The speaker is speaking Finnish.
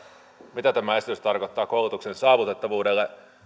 mitä tämä esitys tarkoittaa koulutuksen saavutettavuudelle